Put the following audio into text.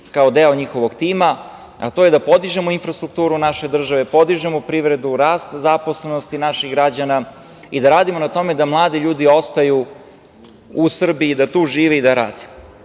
kao deo njihovog tima, a to je da podižemo infrastrukturu naše države, podižemo privredu, rast zaposlenosti naših građana i da radimo na tome da mladi ljudi ostaju u Srbiji, da tu žive i tu rade. Tako